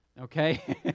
okay